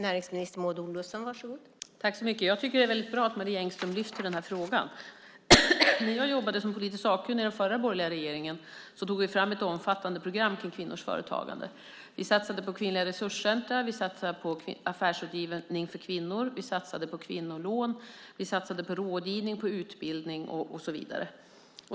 Fru talman! Jag tycker att det är väldigt bra att Marie Engström lyfter fram den här frågan. När jag jobbade som politiskt sakkunnig i den förra borgerliga regeringen tog vi fram ett omfattande program för kvinnors företagande. Vi satsade på kvinnliga resurscentrum. Vi satsade på affärsrådgivning för kvinnor. Vi satsade på kvinnolån. Vi satsade på rådgivning, utbildning och så vidare.